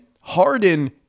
Harden